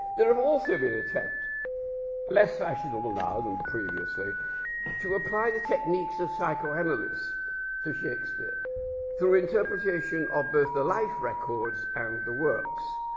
there have also been attempts less fashionable now than previously to apply the techniques of psychoanalysis to shakespeare through interpretation of both the life-records and the works.